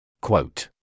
Quote